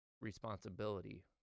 responsibility